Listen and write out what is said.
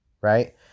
right